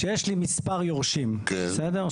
כשיש לי מספר יורשים, בסדר?